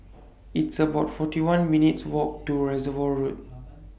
It's about forty one minutes' Walk to Reservoir Road